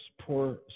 poor